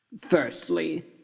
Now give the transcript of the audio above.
Firstly